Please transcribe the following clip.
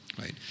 right